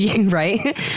right